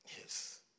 Yes